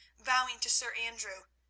bowing to sir andrew,